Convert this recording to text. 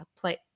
play